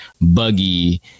buggy